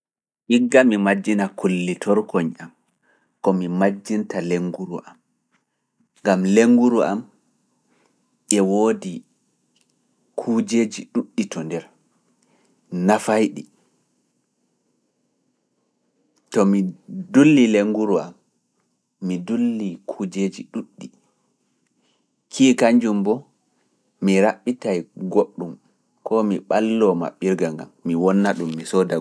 Igga mi majjina kullitorkoñ am, ko mi majjinta lennguru am, gam lennguru am e woodi kujeeji ɗuɗɗi to nder nafayi ɗi.